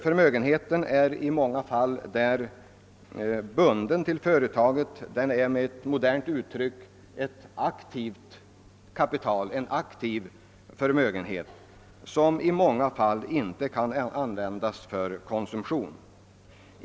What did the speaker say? Förmögenheten är där i många fall bunden till företaget och utgör med ett modernt uttryck ett aktivt kapital, en aktiv förmögenhet, som inte kan användas för konsumtion.